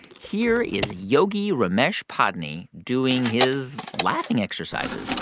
here is yogi ramesh padney doing his laughing exercises